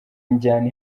injyana